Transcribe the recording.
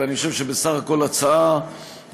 ואני חושב שבסך הכול זו הצעה מצוינת,